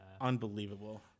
Unbelievable